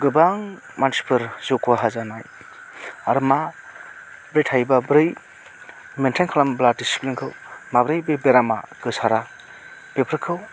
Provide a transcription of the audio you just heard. गोबां मानसिफोर जिउ खहा जानाय आरो माब्रै थायोबा बोरै मेन्टेन खालामोब्ला डिसप्लिनखौ माब्रै बे बेरामा गोसारा बेफोरखौ